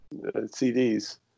CDs